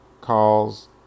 calls